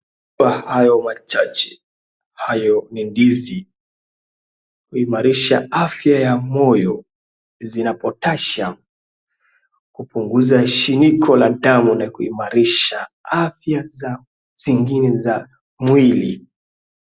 Kwa hayo machache hayo ni ndizi kuimarisha afya za moyo zina potassium kupunguza shiniko la damu na kuimarisha afya zingine za mwili.